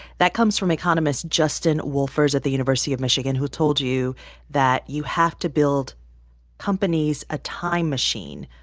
that comes from economist justin wolfers at the university of michigan, who told you that you have to build companies a time machine.